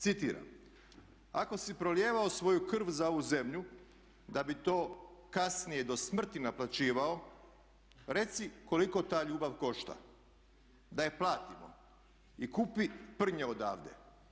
Citiram: "Ako si prolijevao svoju krv za ovu zemlju, da bi to kasnije do smrti naplaćivao, reci koliko ta ljubav košta da je platimo i kupi prnje odavde.